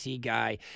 guy